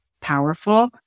powerful